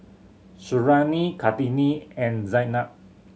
Suriani Kartini and Zaynab